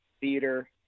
theater